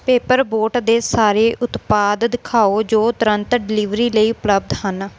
paper boat ਦੇ ਸਾਰੇ ਉਤਪਾਦ ਦਿਖਾਓ ਜੋ ਤੁਰੰਤ ਡਲੀਵਰੀ ਲਈ ਉਪਲਬਧ ਹਨ